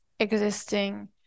existing